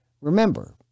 remember